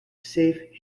safe